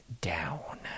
down